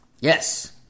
yes